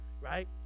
right